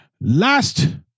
last